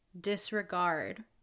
disregard